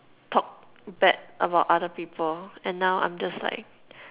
talk bad about other people and now I'm just like